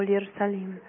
Jerusalem